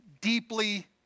deeply